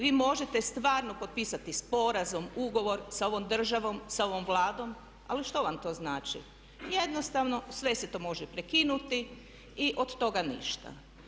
Vi možete stvarno potpisati sporazum, ugovor sa ovom državom, sa ovom Vladom ali što vam to znači, jednostavno sve se to može prekinuti i od toga ništa.